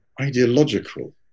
ideological